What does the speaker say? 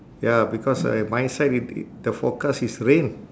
ya because I my side i~ it the forecast is rain